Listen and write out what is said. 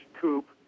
coupe